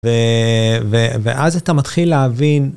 ואז אתה מתחיל להבין...